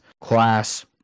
class